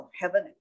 heaven